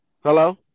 Hello